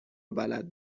بلد